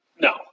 No